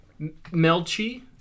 Melchi